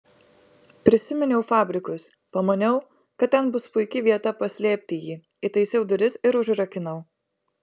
prisiminiau fabrikus pamaniau kad ten bus puiki vieta paslėpti jį įtaisiau duris ir užrakinau